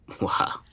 Wow